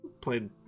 Played